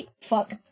fuck